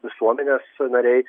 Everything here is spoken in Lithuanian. visuomenės nariai